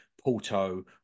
Porto